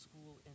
school